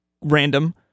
random